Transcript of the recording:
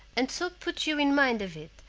and so put you in mind of it,